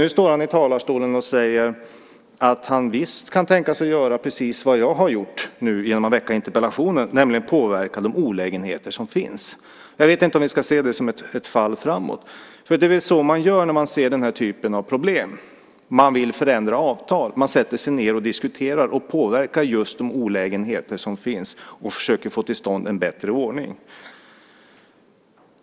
Nu säger han i talarstolen att han visst kan tänka sig att göra precis det som jag har gjort genom att väcka interpellationen, nämligen försöka påtala de olägenheter som finns. Jag vet inte om vi ska se det som ett fall framåt. Det är väl så man gör när man ser den här typen av problem. Man vill förändra avtal. Man sätter sig ned, diskuterar och påtalar de olägenheter som finns och försöker sedan få till stånd en bättre ordning.